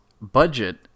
budget